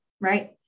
Right